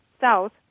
South